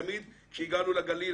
תמיד כשהגענו לגליל,